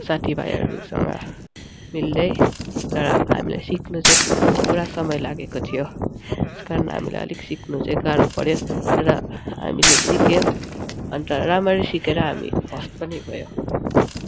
साथी भाइहरूसँग मिल्दै तर हामीलाई सिक्नु चाहिँ पुरा समय लागेको थियो त्यस कारण हामीलाई अलिक सिक्नु चाहिँ गाह्रो पऱ्यो तर हामीले सिक्यौँ अन्त राम्ररी सिकेर हामी फर्स्ट पनि भयो